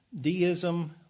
deism